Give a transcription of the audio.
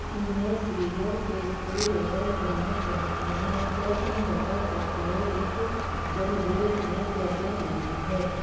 میں cereal pastry order کرنا چاہتی ہوں کیا تم بتا سکتے ہو اس زمرے میں کیا کیا موجود ہے